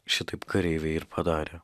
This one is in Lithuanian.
šitaip kareiviai ir padarė